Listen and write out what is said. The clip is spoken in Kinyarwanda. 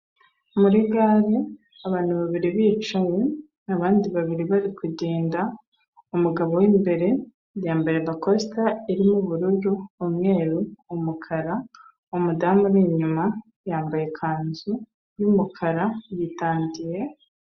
Muri gare abantu babiri bicaye, abandi babiri bari kugenda, mugabo w'imbere yambaye rakosita irimo ubururu, umweru, umukara, umudamu uri inyuma yambaye ikanzu y'umukara yitandiye...